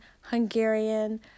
Hungarian